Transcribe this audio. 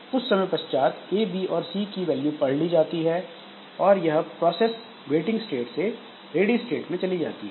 कुछ समय पश्चात ए बी और सी की वैल्यू पढ़ ली जाती हैं और यह प्रोसेस वेटिंग स्टेट से रेडी स्टेट में चली जाती है